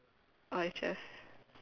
orh it's just